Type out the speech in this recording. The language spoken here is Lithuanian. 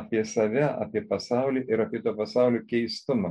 apie save apie pasaulį ir apie to pasaulio keistumą